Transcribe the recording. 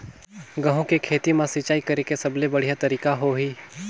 गंहू के खेती मां सिंचाई करेके सबले बढ़िया तरीका होही?